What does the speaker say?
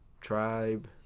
tribe